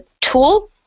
tool